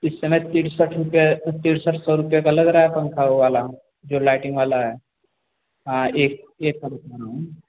इस समय तिरसठ रुपये तिरसठ सौ रुपये का लग रहा है पंखा वो वाला जो लाइटिंग वाला है हाँ एक एक पंखा में